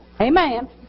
amen